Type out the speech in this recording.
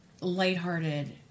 lighthearted